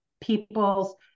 people's